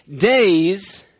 days